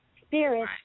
Spirit